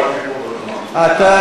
אתה,